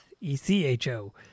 E-C-H-O